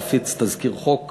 להפיץ תזכיר חוק